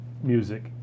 music